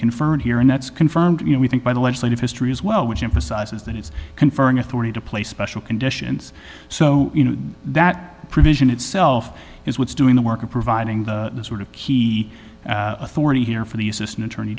confirmed here and that's confirmed you know we think by the legislative history as well which emphasizes that it's conferring authority to place special conditions so you know that provision itself is what's doing the work of providing the sort of key authority here for the assistant attorney